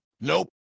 Nope